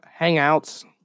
hangouts